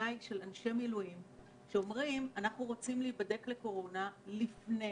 מאנשי מילואים שאומרים: אנחנו רוצים להיבדק לקורונה לפני